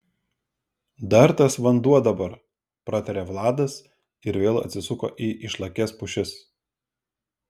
dar tas vanduo dabar pratarė vladas ir vėl atsisuko į išlakias pušis